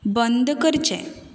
बंद करचें